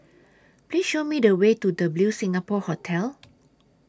Please Show Me The Way to W Singapore Hotel